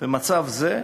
מצב זה,